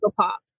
Pop